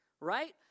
right